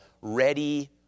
ready